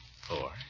four